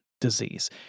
disease